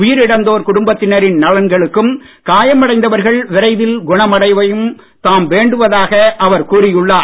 உயிரிழந்தோர் குடும்பத்தினரின் நலன்களுக்கும் காயமடைந்தவர்கள் விரைவில் குணமடையவும் தாம் வேண்டுவதாக அவர் கூறியுள்ளார்